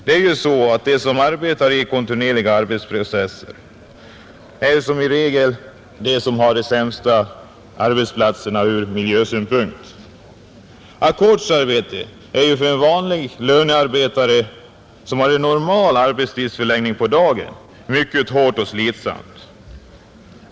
Det är ju så att de som arbetar i kontinuerliga processer som regel har de sämsta arbetsplatserna ur miljösynpunkt. Ackordsarbete är för en vanlig lönearbetare, som har normal arbetstidsförläggning på dagen, mycket hårt och slitsamt.